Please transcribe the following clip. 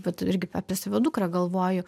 vat irgi apie savo dukrą galvoju